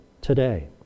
today